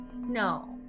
No